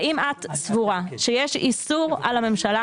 האם את סבורה שיש איסור על הממשלה